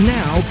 now